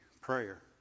prayer